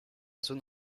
zone